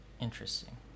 interesting